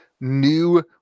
new